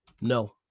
No